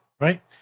right